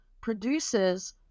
produces